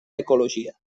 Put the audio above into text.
ecologia